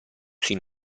sui